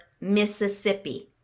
Mississippi